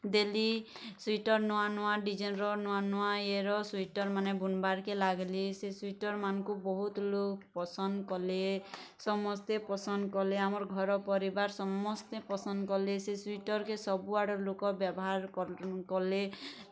ଦେଲି ସ୍ୱେଟର୍ ନୂଆ ନୂଆ ଡିଜାଇନ୍ର ନୂଆ ନୂଆ ଇଏର ସ୍ୱେଟର୍ମାନେ ବୁନ୍ବାର୍କେ ଲାଗ୍ଲି ସେ ସ୍ୱେଟର୍ମାନ୍ଙ୍କୁ ବହୁତ୍ ଲୋକ୍ ପସନ୍ଦ୍ କଲେ ସମସ୍ତେ ପସନ୍ଦ୍ କଲେ ଆମର୍ ଘର ପରିବାର୍ ସମସ୍ତେ ପସନ୍ଦ୍ କଲେ ସେ ସ୍ୱେଟର୍କେ ସବୁ ଆଡ଼ର୍ ଲୋକ୍ ବ୍ୟବହାର୍ କଲେ